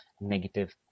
negative